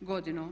godinu.